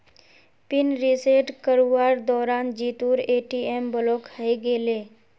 pin reset करवार दौरान जीतूर ए.टी.एम ब्लॉक हइ गेले